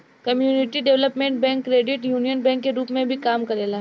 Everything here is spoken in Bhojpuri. community development bank credit union bank के रूप में भी काम करेला